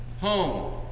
Home